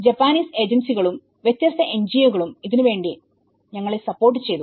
Japanese ഏജൻസികളുംവ്യത്യസ്ത NGO കളും ഇതിന് വേണ്ടി ഞങ്ങളെ സപ്പോർട്ട് ചെയ്തു